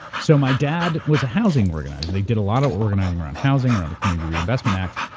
so my dad was a housing organizer. they did a lot of organizing around housing, around the community reinvestment act,